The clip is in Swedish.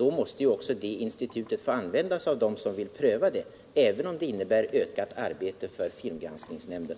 måste också det institutet få användas av den som vill pröva det, även om det innebär ökat arbete för filmgranskningsnämnden.